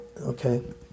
Okay